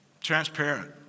transparent